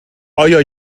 آیا